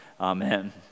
Amen